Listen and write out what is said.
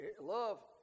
Love